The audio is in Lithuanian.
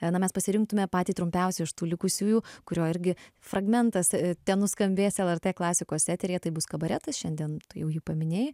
na mes pasirinktume patį trumpiausią iš tų likusiųjų kurio irgi fragmentas ten nuskambės el er tė klasikos eteryje tai bus kabaretas šiandien jau jį paminėjai